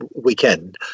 weekend